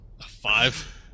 five